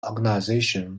organization